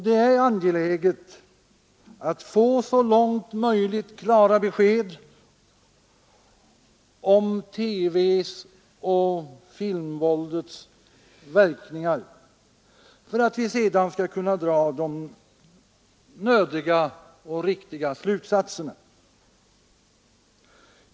Det är angeläget att få så långt möjligt klara besked om TV och filmvåldets verkningar, för att vi sedan skall kunna dra de nödiga och riktiga slutsatserna.